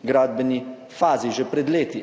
gradbeni fazi že pred leti.